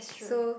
so